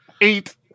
Eight